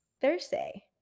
Thursday